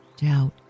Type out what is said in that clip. doubt